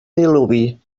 diluvi